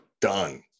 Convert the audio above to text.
done